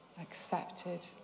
accepted